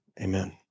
amen